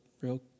real